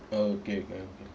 okay